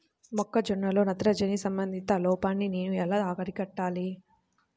మొక్క జొన్నలో నత్రజని సంబంధిత లోపాన్ని నేను ఎలా అరికట్టాలి?